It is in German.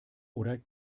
oder